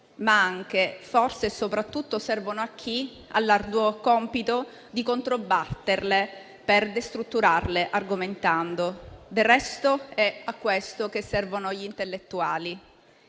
ma anche - forse soprattutto - servono a chi ha l'arduo compito di controbatterle per destrutturarle, argomentando. Del resto è a questo che servono gli intellettuali.